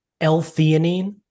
L-theanine